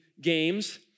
Games